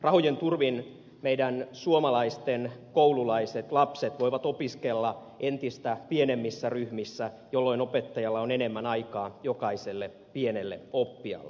rahojen turvin meidän suomalaisten koululaiset lapset voivat opiskella entistä pienemmissä ryhmissä jolloin opettajalla on enemmän aikaa jokaiselle pienelle oppijalle